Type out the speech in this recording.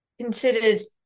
considered